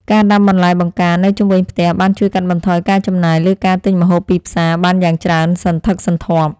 ការដាំបន្លែបង្ការនៅជុំវិញផ្ទះបានជួយកាត់បន្ថយការចំណាយលើការទិញម្ហូបពីផ្សារបានយ៉ាងច្រើនសន្ធឹកសន្ធាប់។